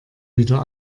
wieder